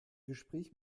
gespräch